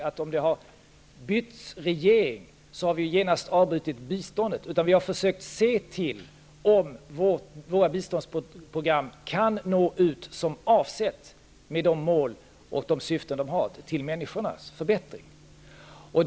Om landet har bytt regering, har vi inte genast avbrutit biståndet, utan vi har försökt se till om våra biståndsprogram kan nå ut som avsett med de mål och de syften de har, att förbättra för människorna.